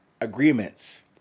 agreements